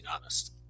honest